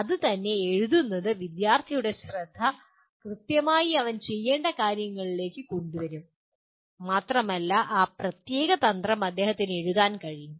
അത് തന്നെ എഴുതുന്നത് വിദ്യാർത്ഥിയുടെ ശ്രദ്ധ കൃത്യമായി അവൻ ചെയ്യേണ്ട കാര്യങ്ങളിലേക്ക് കൊണ്ടുവരും മാത്രമല്ല ആ പ്രത്യേക തന്ത്രം അദ്ദേഹത്തിന് എഴുതാനും കഴിയും